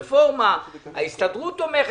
כשנה עבודה על --- פשוט לא יאומן.